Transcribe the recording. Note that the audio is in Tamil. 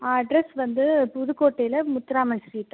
ஆ அட்ரஸ் வந்து புதுக்கோட்டையில முத்துராமன் ஸ்ட்ரீட்